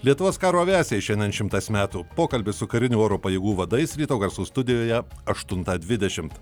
lietuvos karo aviacijai šiandien šimtas metų pokalbis su karinių oro pajėgų vadais ryto garsų studijoje aštuntą divdešimt